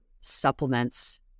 supplements